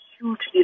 hugely